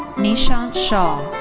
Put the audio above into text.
nishant shah.